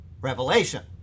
Revelation